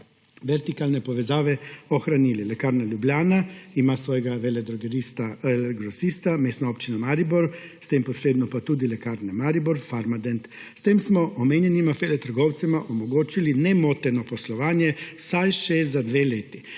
vertikalne povezave ohranili. Lekarna Ljubljana ima svojega veledrogerista, to je LL Grosist, Mestna občina Maribor, s tem posredno pa tudi Lekarne Maribor, pa Farmadent. S tem smo omenjenima veletrgovcema omogočili nemoteno poslovanje vsaj še za dve leti.